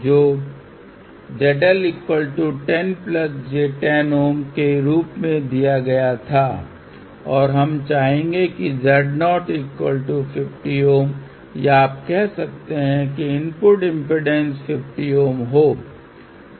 तो ZL 10 j 10 Ω के रूप में दिया गया था और हम चाहेंगे कि Z0 50 Ω या आप कह सकते हैं कि इनपुट इम्पीडेन्स 50 Ω हो